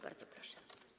Bardzo proszę.